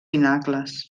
pinacles